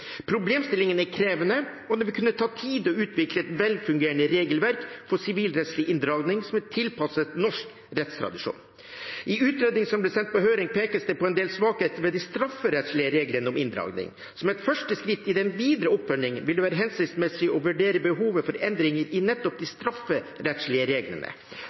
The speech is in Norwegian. Problemstillingen er krevende, og det vil kunne ta tid å utvikle et velfungerende regelverk for sivilrettslig inndragning som er tilpasset norsk rettstradisjon. I utredningen som ble sendt på høring, pekes det på en del svakheter ved de strafferettslige reglene om inndragning. Som et første skritt i den videre oppfølgingen vil det være hensiktsmessig å vurdere behovet for endringer i nettopp de strafferettslige reglene.